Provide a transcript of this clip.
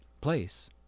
place